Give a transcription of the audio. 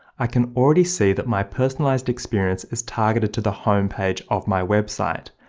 i can already see that my personalized experience is targeted to the home page of my website,